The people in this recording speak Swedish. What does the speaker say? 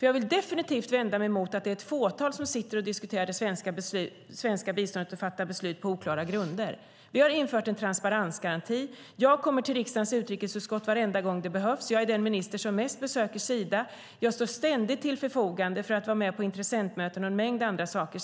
Jag vill definitivt vända mig mot att det är ett fåtal som sitter och diskuterar det svenska biståndet och fattar beslut på oklara grunder. Vi har infört en transparensgaranti. Jag kommer till riksdagens utrikesutskott varenda gång det behövs. Jag är den minister som mest besöker Sida. Jag står ständigt till förfogande för att vara med på intressentmöten och en mängd andra aktiviteter.